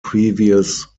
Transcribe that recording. previous